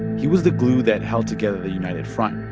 he was the glue that held together the united front.